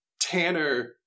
Tanner